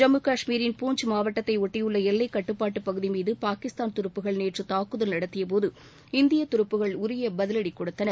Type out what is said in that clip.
ஜம்மு காஷ்மீரின் பூஞ்ச் மாவட்டத்தை ஒட்டியுள்ள எல்லைக்கட்டுப்பாட்டு பகுதி மீது பாகிஸ்தான் துருப்புகள் நேற்று தாக்குதல் நடத்திய போது இந்திய துருப்புகள் உரிய பதிலடி கொடுத்தன